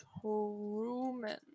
Truman